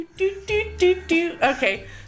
Okay